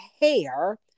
hair